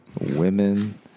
women